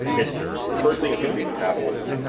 it's the first thing is gonna be metabolism.